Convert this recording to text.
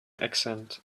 accent